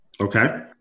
Okay